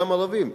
גם ערביים.